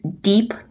deep